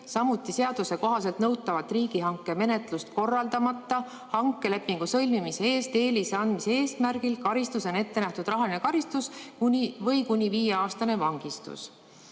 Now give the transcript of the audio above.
samuti seaduse kohaselt nõutavat riigihankemenetlust korraldamata hankelepingu sõlmimise eest eelise andmise eesmärgil karistusena ette nähtud rahaline karistus või kuni viieaastane vangistus.